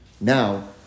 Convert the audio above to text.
now